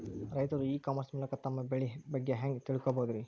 ರೈತರು e commerce ಮೂಲಕ ತಮ್ಮ ಬೆಳಿ ಬಗ್ಗೆ ಹ್ಯಾಂಗ ತಿಳ್ಕೊಬಹುದ್ರೇ?